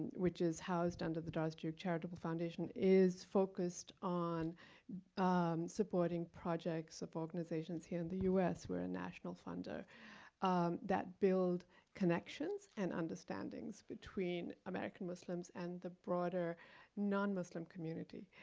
which is housed under the doris duke charitable foundation is focused on supporting projects of organizations here in the us. we're a national funder that build connections and understandings between american muslims and the broader non-muslim community.